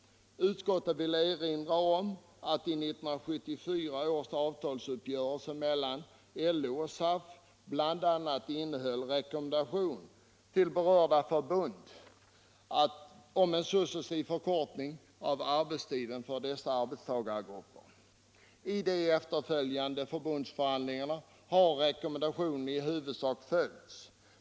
Utskottet vill erinra om att 1974 års avtalsuppgörelse mellan SAF och LO bl.a. innehöll en rekommendation till berörda förbund om en successiv förkortning av arbetstiden för dessa arbetstagargrupper. I de efterföljande förbundsförhandlingarna har rekommendationen i huvudsak följts.